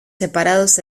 separados